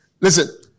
listen